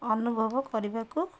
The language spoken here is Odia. ଅନୁଭବ କରିବାକୁ